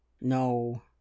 no